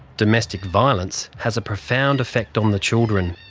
domestic violence has a profound effect on the children.